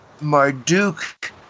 Marduk